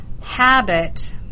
habit